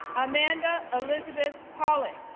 amanda elizabeth pollak,